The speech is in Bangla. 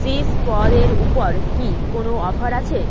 চিজ পদের উপর কি কোনো অফার আছে